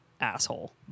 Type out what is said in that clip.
asshole